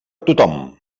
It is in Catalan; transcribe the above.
tothom